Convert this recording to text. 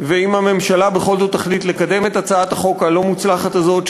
ואם הממשלה בכל זאת תחליט לקדם את הצעת החוק הלא-מוצלחת הזאת,